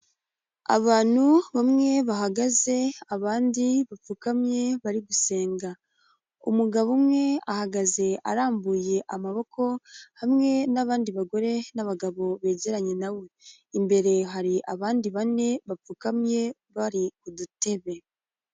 Abantu bamwe bahagaze abandi bapfukamye bari gusenga. Umugabo umwe ahagaze arambuye amaboko, hamwe n'abandi bagore n'abagabo begeranye na we. Imbere hari abandi bane bapfukamye bari kudutebe.